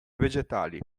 vegetali